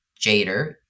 Jader